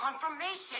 confirmation